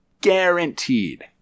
Guaranteed